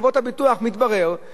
מתברר, מתוך עשרות,